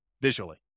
visually